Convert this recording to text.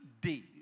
day